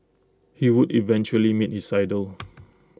he would eventually meet his idol